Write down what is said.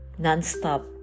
nonstop